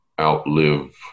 outlive